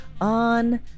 on